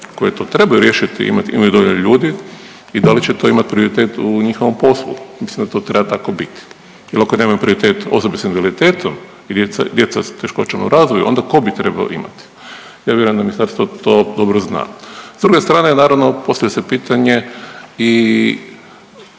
koje to trebaju riješiti imat, imati dovoljno ljudi i da li će to imati prioritet u njihovom poslu, mislim da to treba tako biti jel ako nemaju prioritet osobe sa invaliditetom i djeca s teškoćama u razvoju onda ko bi to trebao imati? Ja vjerujem da ministarstvo to dobro zna. S druge strane naravno postavlja se pitanje i